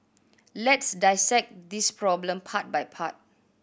let's dissect this problem part by part